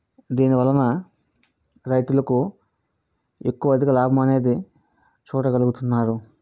దీనివలన రైతులకు ఎక్కువ అధిక లాభం అనేది చూడగలుగుతున్నారు